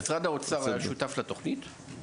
משרד האוצר היה שותף לתוכנית?